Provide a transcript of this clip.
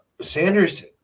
Sanders